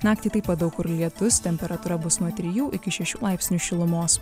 naktį taip pat daug kur lietus temperatūra bus nuo trijų iki šešių laipsnių šilumos